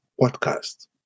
podcast